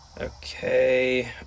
Okay